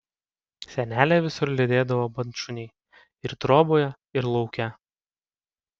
senelę visur lydėdavo bandšuniai ir troboje ir lauke